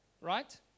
right